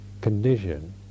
condition